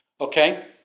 okay